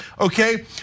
okay